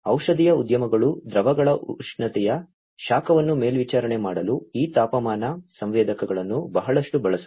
ಔಷಧೀಯ ಉದ್ಯಮಗಳು ದ್ರವಗಳ ಉಷ್ಣತೆಯ ಶಾಖವನ್ನು ಮೇಲ್ವಿಚಾರಣೆ ಮಾಡಲು ಈ ತಾಪಮಾನ ಸಂವೇದಕಗಳನ್ನು ಬಹಳಷ್ಟು ಬಳಸುತ್ತವೆ